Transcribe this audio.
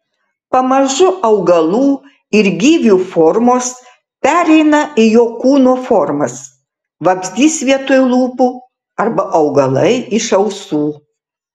pamažu augalų ir gyvių formos pereina į jo kūno formas vabzdys vietoj lūpų arba augalai iš ausų